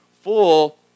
full